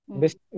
best